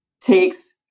takes